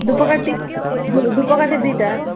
ଧୂପକାଠି ଧୂପକାଠି ଦୁଇଟା